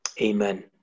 Amen